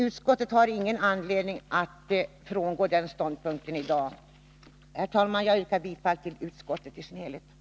Utskottet har ingen anledning att i dag frångå den ståndpunkten. Herr talman! Jag yrkar bifall till utskottets hemställan i dess helhet.